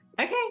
Okay